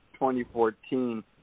2014